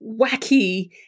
wacky